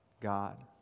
God